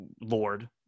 lord